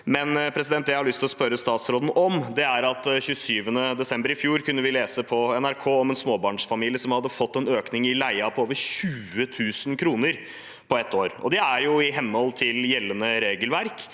år. Det jeg har lyst til å spørre statsråden om, gjelder at vi 27. desember i fjor kunne lese på NRK om en småbarnsfamilie som hadde fått en økning i leien på over 20 000 kr på ett år. Det er i henhold til gjeldende regelverk.